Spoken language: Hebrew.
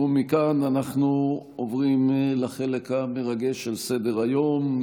ומכאן אנחנו עוברים לחלק המרגש של סדר-היום,